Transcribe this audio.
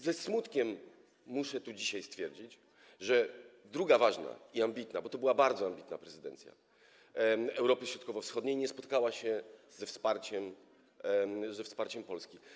Ze smutkiem muszę tu dzisiaj stwierdzić, że druga ważna i ambitna, bo to była bardzo ambitna prezydencja, Europy Środkowo-Wschodniej nie spotkała się ze wsparciem Polski.